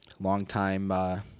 longtime